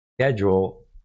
schedule